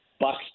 Bucks